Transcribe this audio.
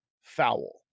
foul